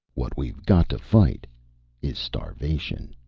what we've got to fight is starvation!